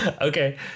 Okay